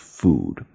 Food